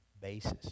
basis